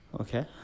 Okay